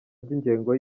ry’ingengo